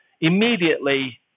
immediately